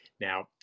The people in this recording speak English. Now